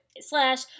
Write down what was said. slash